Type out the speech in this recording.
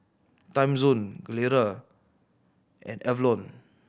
Timezone Gelare and Avalon